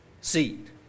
seed